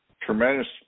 tremendous